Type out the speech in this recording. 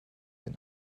den